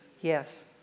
Yes